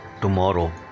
tomorrow